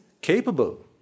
capable